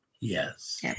Yes